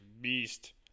Beast